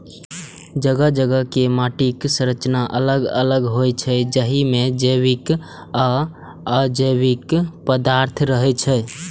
जगह जगह के माटिक संरचना अलग अलग होइ छै, जाहि मे जैविक आ अजैविक पदार्थ रहै छै